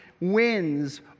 wins